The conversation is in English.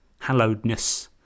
Hallowedness